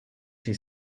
she